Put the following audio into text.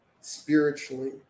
spiritually